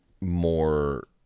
more